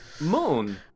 Moon